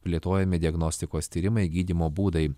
plėtojami diagnostikos tyrimai gydymo būdai